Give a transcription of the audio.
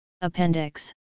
Appendix